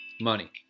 Money